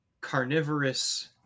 carnivorous